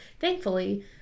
thankfully